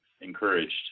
encouraged